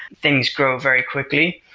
things grow very quickly.